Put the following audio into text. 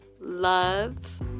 love